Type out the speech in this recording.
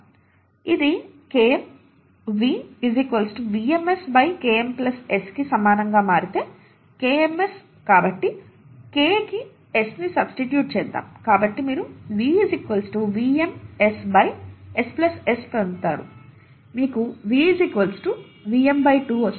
ఇది Km V VmS Km S కి సమానంగా మారితే Km S కాబట్టి K కి S ని సబ్స్టిట్యూట్ చేద్దాం కాబట్టి మీరు V VmS S S పొందుతారు మీకు V Vm 2 వస్తుంది